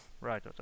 Right